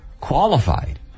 qualified